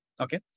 Okay